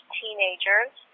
teenagers